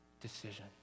decision